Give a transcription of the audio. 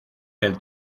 del